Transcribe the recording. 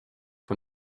von